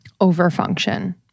overfunction